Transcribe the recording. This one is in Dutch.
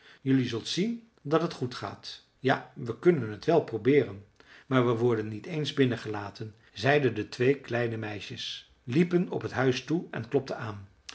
jelui zult zien dat het goed gaat ja we kunnen het wel probeeren maar we worden niet eens binnengelaten zeiden de twee kleine meisjes liepen op het huis toe en klopten aan